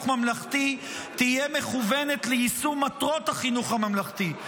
ממלכתי תהיה מכוונת ליישום מטרות החינוך הממלכתי,